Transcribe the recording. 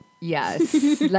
yes